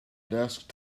desk